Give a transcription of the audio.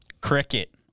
Cricket